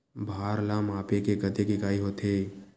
भार ला मापे के कतेक इकाई होथे?